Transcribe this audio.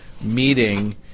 meeting